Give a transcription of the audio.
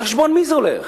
על חשבון מי זה הולך?